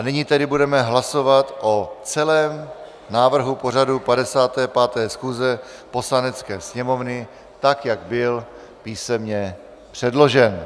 Nyní tedy budeme hlasovat o celém návrhu pořadu 55. schůze Poslanecké sněmovny, tak jak byl písemně předložen.